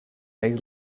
they